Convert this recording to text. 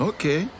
Okay